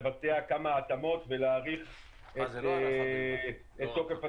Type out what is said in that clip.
לבצע כמה התאמות ולהאריך את תוקף התקנות,